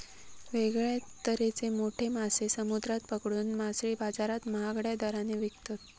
वेगळ्या तरेचे मोठे मासे समुद्रात पकडून मासळी बाजारात महागड्या दराने विकतत